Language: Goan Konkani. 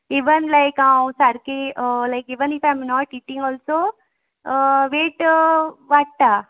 इवन लायक हांव सारकी like even if I am not eating also weight वाडटा